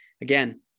Again